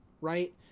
right